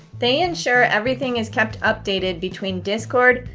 they ensure everything is kept updated between discord,